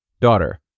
Daughter